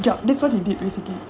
uh ya that's why they did basically